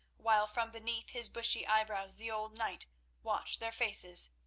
while from beneath his bushy eyebrows the old knight watched their faces,